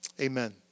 Amen